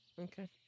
Okay